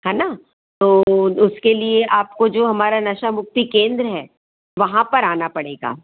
है ना तो उसके लिए आपको जो हमारा नशा मुक्ति केंद्र है वहाँ पर आना पड़ेगा